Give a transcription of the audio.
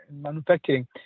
manufacturing